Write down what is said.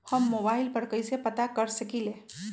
हम मोबाइल पर कईसे पता कर सकींले?